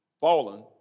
fallen